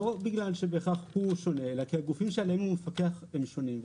לא בגלל שבהכרח הוא שונה אלא כי הגופים עליהם הוא מפקח הם שונים.